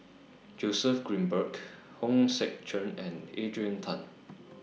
Joseph Grimberg Hong Sek Chern and Adrian Tan